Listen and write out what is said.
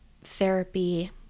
therapy